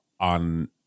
on